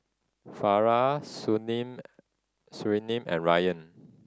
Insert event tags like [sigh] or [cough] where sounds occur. Farah [unintelligible] Surinam and Ryan